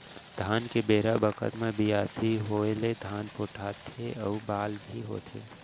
धान के बेरा बखत म बियासी होय ले धान पोठाथे अउ बाल भी होथे